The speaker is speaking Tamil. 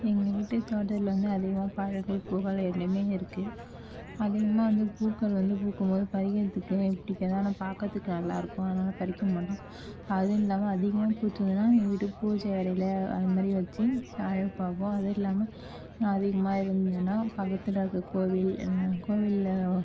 எங்கள் வீட்டு தோட்டத்தில் வந்து அதிகமாக பழங்கள் பூக்கள் எல்லாமே இருக்கு அதிகமாக வந்து பூக்கள் வந்து பூக்கும்போது பறிக்கிறதுக்கே பிடிக்காது ஆனால் பார்க்கிறதுக்கு நல்லா இருக்கும் அதனால பறிக்க மாட்டோம் அதுவும் இல்லாமல் அதிகமாக பூத்திருந்ததுன்னா எங்கள் வீட்டு பூஜை அறையில் அதுமாதிரி வச்சு அழகு பார்ப்போம் அதுவும் இல்லாமல் அதிகமாக இருந்ததுன்னா பக்கத்தில் இருக்க கோவில் என்ன கோவிலில்